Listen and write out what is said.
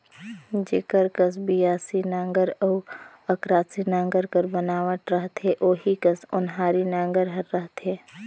जेकर कस बियासी नांगर अउ अकरासी नागर कर बनावट रहथे ओही कस ओन्हारी नागर हर रहथे